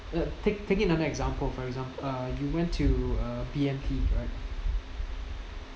uh take take it another example for examp~ uh you went to uh B_M_T right